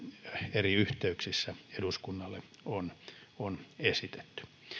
eri yhteyksissä eduskunnalle on on esitetty